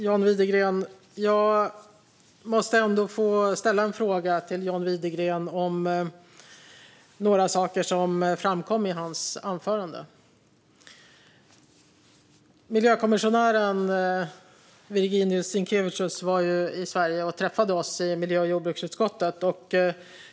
Fru talman! Jag måste få ställa en fråga till John Widegren om några saker som framkom i hans anförande. Miljökommissionären Virginijus Sinkevicius var i Sverige och träffade oss i miljö och jordbruksutskottet.